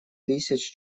тысяч